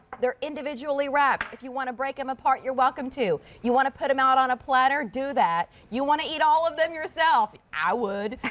they're individually wrapped. if you want to break them apart you're welcome to. if you want to put them out on a platter, do that. you want to eat all of them yourself? i would.